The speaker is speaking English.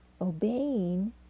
obeying